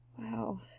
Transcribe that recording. Wow